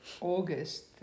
August